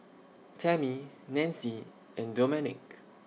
Tammie Nanci and Domenick